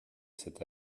cet